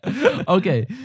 Okay